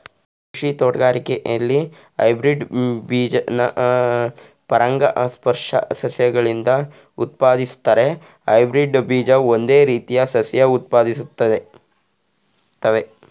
ಕೃಷಿ ತೋಟಗಾರಿಕೆಲಿ ಹೈಬ್ರಿಡ್ ಬೀಜನ ಪರಾಗಸ್ಪರ್ಶ ಸಸ್ಯಗಳಿಂದ ಉತ್ಪಾದಿಸ್ತಾರೆ ಹೈಬ್ರಿಡ್ ಬೀಜ ಒಂದೇ ರೀತಿ ಸಸ್ಯ ಉತ್ಪಾದಿಸ್ತವೆ